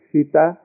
Sita